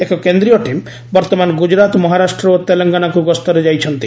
ଏକ କେନ୍ଦ୍ରୀୟ ଟିମ୍ ବର୍ତ୍ତମାନ ଗୁଜରାତ ମହାରାଷ୍ଟ୍ର ଓ ତେଲଙ୍ଗାନାକୁ ଗସ୍ତରେ ଯାଇଛନ୍ତି